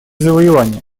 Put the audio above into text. завоевания